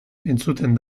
entzuten